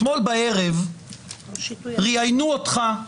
אתמול בערב ראיינו אותך,